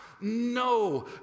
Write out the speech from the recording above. no